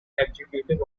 executive